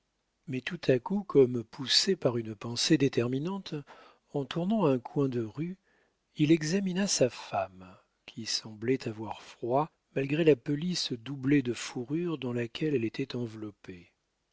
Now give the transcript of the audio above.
mais tout à coup comme poussé par une pensée déterminante en tournant un coin de rue il examina sa femme qui semblait avoir froid malgré la pelisse doublée de fourrure dans laquelle elle était enveloppée